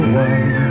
one